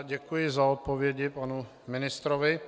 Děkuji za odpovědi panu ministrovi.